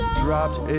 dropped